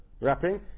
wrapping